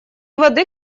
воды